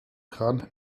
kran